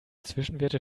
zwischenwerte